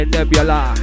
Nebula